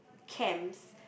camps